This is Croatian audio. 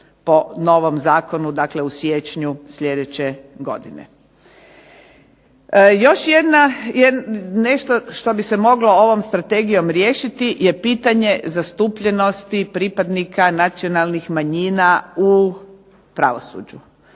po novom zakonu, dakle u siječnju sljedeće godine. Još jedna. Nešto što bi se moglo ovom Strategijom riješiti je pitanje zastupljenosti pripadnika nacionalnih manjina u pravosuđu